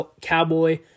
cowboy